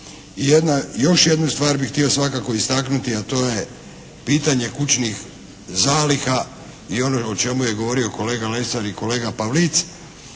I još jednu stvar bih htio svakako istaknuti, a to je pitanje kućnih zaliha i ono o čemu je govorio kolega Lesar i kolega Pavlic.